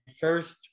first